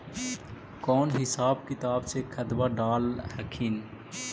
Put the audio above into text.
कौन हिसाब किताब से खदबा डाल हखिन?